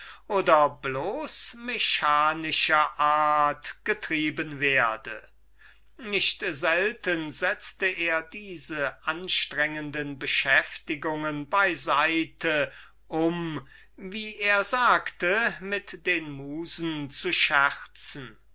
oder bloß mechanische art getrieben werde nicht selten setzte er diese anstrengenden beschäftigungen bei seite um wie er sagte mit den musen zu scherzen